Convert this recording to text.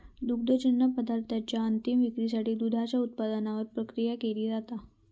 दुग्धजन्य पदार्थांच्या अंतीम विक्रीसाठी दुधाच्या उत्पादनावर प्रक्रिया केली जाता